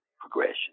progression